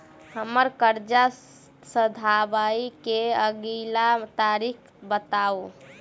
हम्मर कर्जा सधाबई केँ अगिला तारीख बताऊ?